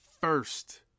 first